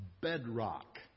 bedrock